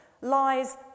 lies